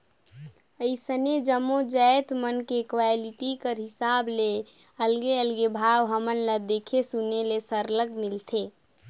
अइसने जम्मो जाएत मन में क्वालिटी कर हिसाब ले अलगे अलगे भाव हमन ल देखे सुने ले सरलग मिलथे